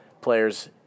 players